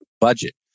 budget